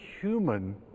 human